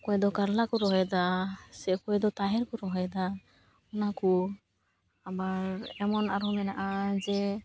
ᱚᱠᱚᱭ ᱫᱚ ᱠᱟᱨᱞᱟ ᱠᱚ ᱨᱚᱦᱚᱭᱮᱫᱟ ᱥᱮ ᱚᱠᱚᱭ ᱫᱚ ᱛᱟᱦᱮᱸ ᱠᱚ ᱨᱚᱦᱚᱭᱮᱫᱟ ᱚᱱᱟ ᱠᱚ ᱟᱵᱟᱨ ᱮᱢᱚᱱ ᱟᱨᱦᱚᱸ ᱢᱮᱱᱟᱜᱼᱟ ᱡᱮ